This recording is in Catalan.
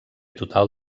total